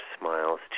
smiles